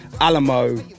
Alamo